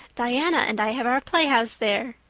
diana and i have our playhouse there.